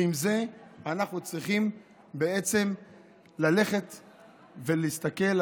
ועם זה אנחנו צריכים ללכת ולהסתכל,